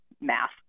math